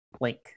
Link